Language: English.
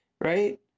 right